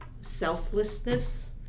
selflessness